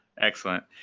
Excellent